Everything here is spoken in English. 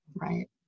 Right